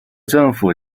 政府